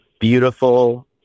beautiful